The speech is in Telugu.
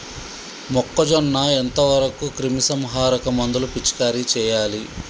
మొక్కజొన్న ఎంత వరకు క్రిమిసంహారక మందులు పిచికారీ చేయాలి?